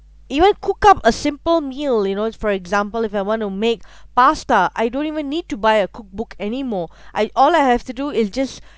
even cook up a simple meal you know for example if I want to make pasta I don't even need to buy a cookbook anymore I all I have to do is just